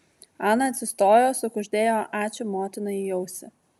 ana atsistojo sukuždėjo ačiū motinai į ausį